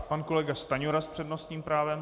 Pan kolega Stanjura s přednostním právem.